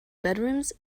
bedrooms